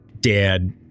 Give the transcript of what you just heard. dad